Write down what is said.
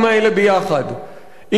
כמו שהממשלה עשתה עד עכשיו,